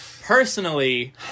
personally